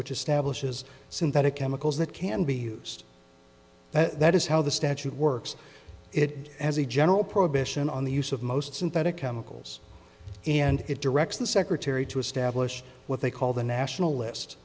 establishes synthetic chemicals that can be used that is how the statute works it as a general prohibition on the use of most synthetic chemicals and it directs the secretary to establish what they call the national list